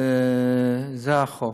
וזה החוק.